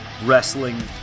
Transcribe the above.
Wrestling